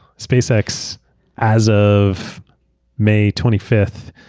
spacex as of may twenty fifth,